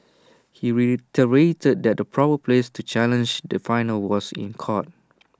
he reiterated that the proper place to challenge the final was in court